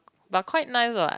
but quite nice what